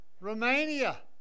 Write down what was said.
Romania